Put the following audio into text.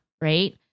right